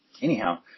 Anyhow